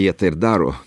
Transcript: jie tą ir daro